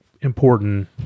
important